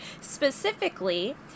specifically